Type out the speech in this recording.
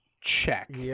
Check